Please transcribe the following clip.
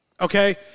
Okay